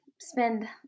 spend